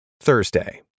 Thursday